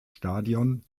stadion